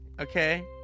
Okay